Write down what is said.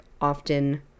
often